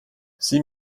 sieh